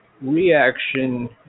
reaction